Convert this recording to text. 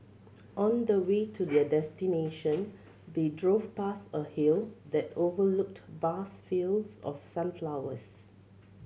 on the way to their destination they drove past a hill that overlooked vast fields of sunflowers